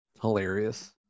Hilarious